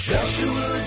Joshua